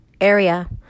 Area